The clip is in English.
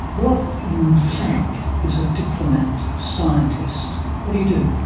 what in fact is a diplomat scientist? what do you do?